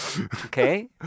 Okay